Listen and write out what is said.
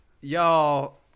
y'all